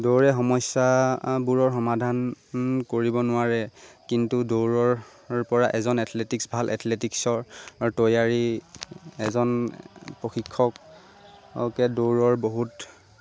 দৌৰে সমস্যাবোৰৰ সমাধান কৰিব নোৱাৰে কিন্তু দৌৰৰপৰা এজন এথলেটিকস ভাল এথলেটিক্সৰ তৈয়াৰী এজন প্ৰশিক্ষককে দৌৰৰ বহুত